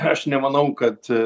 aš nemanau kad